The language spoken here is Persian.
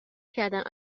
کردند